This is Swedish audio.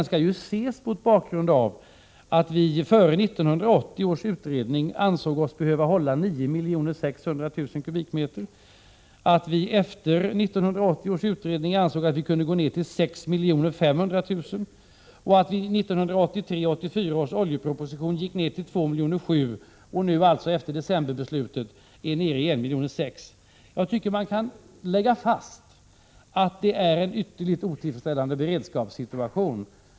skall ses mot bakgrund av att vi före 1980 års utredning ansåg oss behöva hålla 9,6 miljoner m? i lager och att vi efter 1980 års utredning ansåg att vi kunde gå ned till 6,5 miljoner. I 1983/84 års oljeproposition gick vi ned till 2,7 miljoner. Nu efter decemberbeslutet är vi nere i 1,6 miljoner. Jag tycker att man kan lägga fast att vi för närvarande har en ytterligt otillfredsställande beredskapssituation.